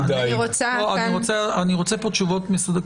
אני רוצה תשובות מסודרות,